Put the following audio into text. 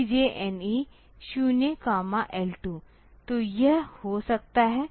CJNE 0 L 2 तो यह हो सकता है